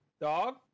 dog